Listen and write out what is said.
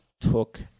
took